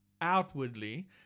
outwardly